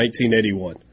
1981